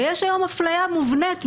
ויש היום אפליה מובנית בחוק,